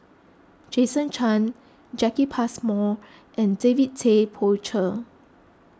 Jason Chan Jacki Passmore and David Tay Poey Cher